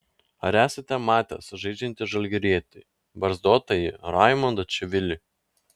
ar esate matęs žaidžiantį žalgirietį barzdotąjį raimundą čivilį